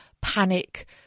panic